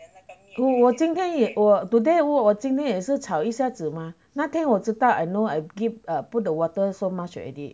我我今天也我 today 我今天也是炒一下子嘛那天我知道 I know I give I put the water so much already